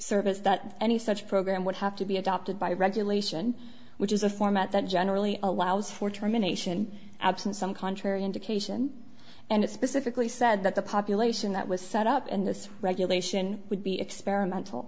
service that any such program would have to be adopted by regulation which is a format that generally allows for terminations absent some contrary indication and it specifically said that the population that was set up and this regulation would be experimental